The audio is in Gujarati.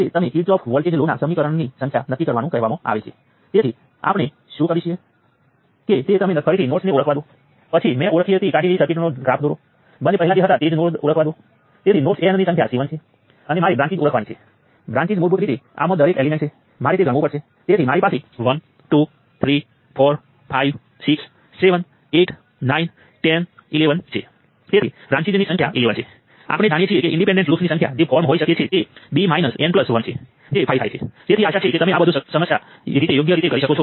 તમે ઈક્વેશન લખવાનું શરૂ કરો છો તે અમુક એડહોક છે અને છેલ્લે જ્યારે તમારી પાસે પૂરતા ઈક્વેશનો હોય ત્યારે તમે તેને એકસાથે હલ કરો છો